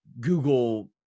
Google